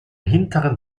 hinteren